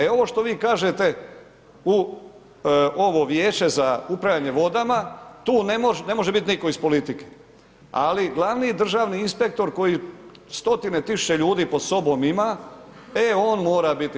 E ovo što vi kažete u ovo Vijeće za upravljanje vodama tu ne može biti nitko iz politike, ali glavni državni inspektor koji stotine tisuća ljudi pod sobom ima e on mora biti.